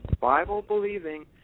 Bible-believing